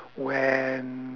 when